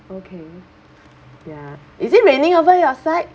okay ya is it raining over your side